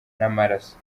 n’amaraso